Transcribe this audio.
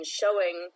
showing